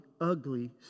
ugly